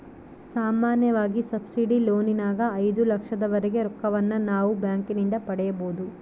ಸಾಮಾನ್ಯವಾಗಿ ಸಬ್ಸಿಡಿ ಲೋನಿನಗ ಐದು ಲಕ್ಷದವರೆಗೆ ರೊಕ್ಕವನ್ನು ನಾವು ಬ್ಯಾಂಕಿನಿಂದ ಪಡೆಯಬೊದು